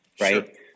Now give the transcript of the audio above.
right